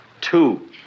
two